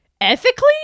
Ethically